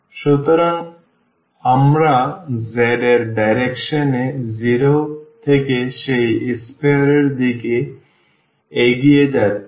সুতরাং আমরা z এর ডাইরেকশন এ 0 থেকে সেই sphere এর দিকে এগিয়ে যাচ্ছি